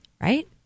right